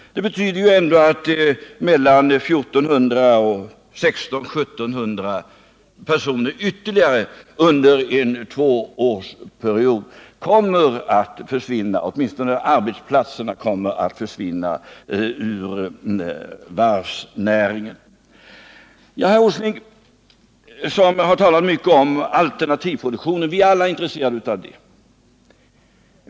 Mellan 1400 och 1700 personer — åtminstone arbetsplatser — ytterligare under en tvåårsperiod kommer att försvinna från varvsnäringen. Nils Åsling har talat mycket om alternativ produktion, och vi är alla intresserade av en sådan.